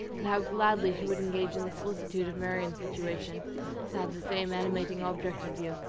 and how gladly she would engage in the solicitude of marianne's situation to have the same animating object in view,